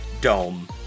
dome